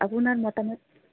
আপোনাৰ মতামত